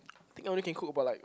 think I only can cook about like